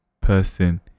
person